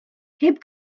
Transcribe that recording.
heb